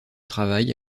travail